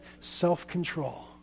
self-control